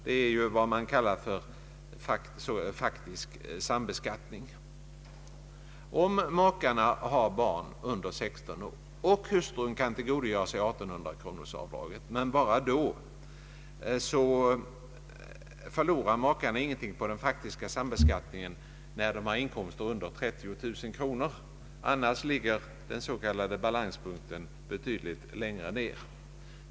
Det är vad man kallar för faktisk sambeskattning. Om makarna har barn under 16 år och hustrun kan tillgodogöra sig 1 800 kronorsavdraget — men bara då! — förlorar makarna ingenting på den faktiska sambeskattningen när de har inkomster under 30000 kronor. Annars ligger den så kallade balanspunkten betydligt lägre.